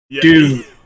dude